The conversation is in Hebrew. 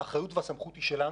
האחריות והסמכות היא שלנו,